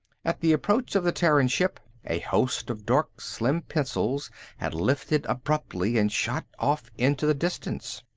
at the approach of the terran ship, a host of dark slim pencils had lifted abruptly and shot off into the distance.